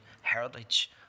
heritage